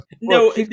No